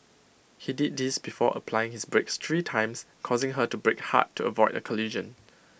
he did this before applying his brakes three times causing her to brake hard to avoid A collision